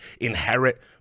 inherit